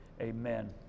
amen